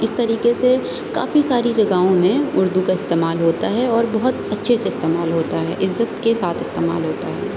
اس طریقے سے کافی ساری جگہوں میں اردو کا استعمال ہوتا ہے اور بہت اچھے سے استعمال ہوتا ہے عزت کے ساتھ استعمال ہوتا ہے